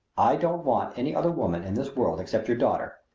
i don't want any other woman in this world except your daughter,